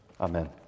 Amen